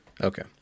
Okay